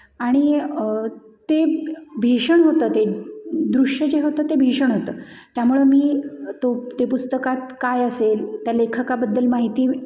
आणि ते भीषण होतं ते दृश्य जे होतं ते भीषण होतं त्यामुळं मी तो ते पुस्तकात काय असेल त्या लेखकाबद्दल माहिती